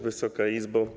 Wysoka Izbo!